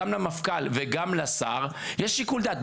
גם למפכ"ל וגם לשר יש שיקול דעת.